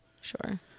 Sure